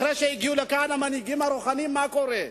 אחרי שהגיעו לכאן המנהיגים הרוחניים מה קורה?